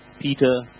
Peter